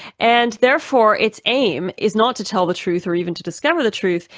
and therefore its aim is not to tell the truth or even to discover the truth,